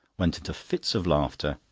went into fits of laughter,